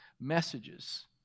messages